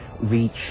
reach